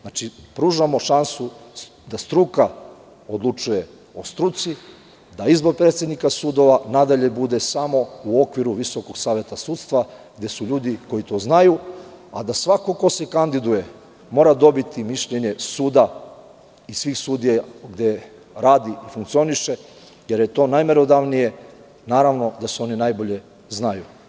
Znači, pružamo šansu da struka odlučuje o struci, da izbor predsednika sudova nadalje bude samo u okviru Visokog saveta sudstva, gde su ljudi koji to znaju, a da svako ko se kandiduje mora dobiti mišljenje suda i svih sudija gde radi, funkcioniše, jer je to najmerodavnije i oni se najbolje znaju.